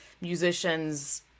musicians